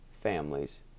families